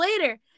later